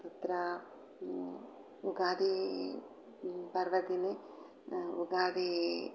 तत्र युगादि पर्वदिने युगादिः